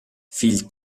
phil